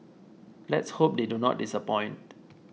let's hope they do not disappoint